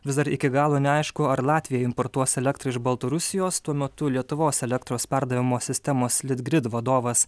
vis dar iki galo neaišku ar latvija importuos elektrą iš baltarusijos tuo metu lietuvos elektros perdavimo sistemos litgrid vadovas